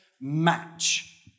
match